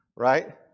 Right